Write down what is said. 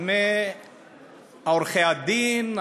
עורכי-הדין,